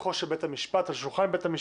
בפתחו של בית המשפט, על שולחן בית המשפט,